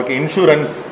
insurance